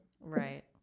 Right